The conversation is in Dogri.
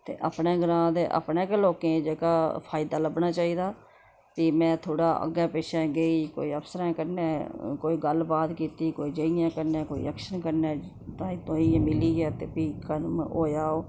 ते अपने ग्रांऽ दे अपने गै लोकें गी जेह्का फायदा लब्भना चाहिदा ते में थोह्ड़ा अग्गें पिच्छै गेई कोई अफसरें कन्नै कोई गल्लबात कीती कोई जेईयें कन्नै कोई ऐक्सियन कन्नै ताईं तुआंई मिलियै ते फ्ही कम्म होएआ ओह्